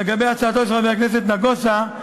לגבי הצעתו של חבר הכנסת נגוסה,